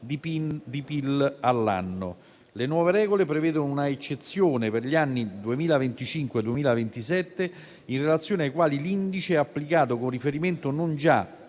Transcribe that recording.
di PIL all'anno. Le nuove regole prevedono una eccezione per gli anni 2025-2027 in relazione ai quali l'indice è applicato con riferimento non già